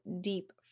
deep